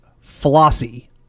Flossy